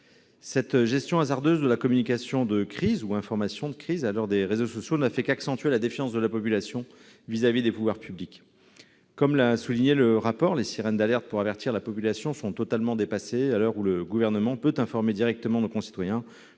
Cette gestion hasardeuse de la communication de crise à l'heure des réseaux sociaux n'a fait qu'accentuer la défiance de la population vis-à-vis des pouvoirs publics. Comme l'a souligné le rapport, les sirènes d'alerte pour avertir la population sont totalement dépassées à l'heure où le Gouvernement peut informer directement nos concitoyens